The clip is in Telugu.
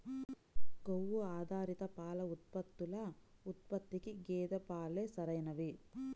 కొవ్వు ఆధారిత పాల ఉత్పత్తుల ఉత్పత్తికి గేదె పాలే సరైనవి